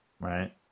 right